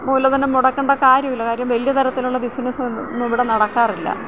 മൂലധനം മുടക്കേണ്ട കാര്യമില്ല കാര്യം വലിയ തരത്തിലുള്ള ബിസിനസൊന്നും ഇവിടെ നടക്കാറില്ല